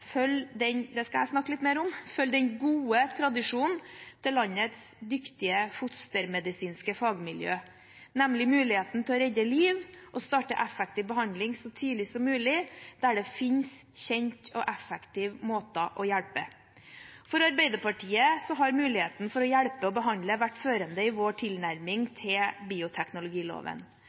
følge den gode tradisjonen til landets dyktige fostermedisinske fagmiljø, nemlig muligheten til å redde liv og starte effektiv behandling så tidlig som mulig, der det finnes kjente og effektive måter å hjelpe på. For Arbeiderpartiet har muligheten for å hjelpe og behandle vært førende for vår tilnærming til bioteknologiloven.